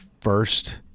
first